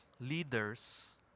leaders